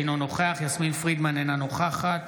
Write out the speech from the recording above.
אינו נוכח יסמין פרידמן, אינה נוכחת